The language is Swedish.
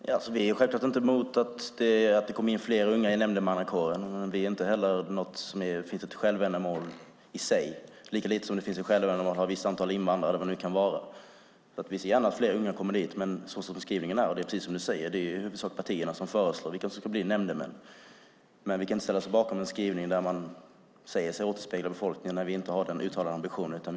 Fru talman! Vi är självfallet inte emot att det kommer in fler unga i nämndemannakåren, men det är inte något som är ett självändamål, lika lite som det är ett självändamål att ha ett visst antal invandrare och så vidare. Vi ser gärna att det kommer fler unga, men precis som du, Johan Linander, säger är det partierna som föreslår vilka som ska utses till nämndemän. Vi kan inte ställa oss bakom en skrivning där man säger att man ska återspegla befolkningen. Vi har inte den uttalade ambitionen.